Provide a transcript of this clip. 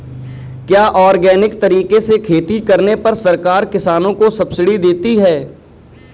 क्या ऑर्गेनिक तरीके से खेती करने पर सरकार किसानों को सब्सिडी देती है?